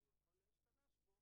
אולי לטווח ארוך,